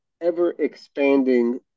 ever-expanding